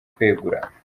kwegura